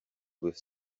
with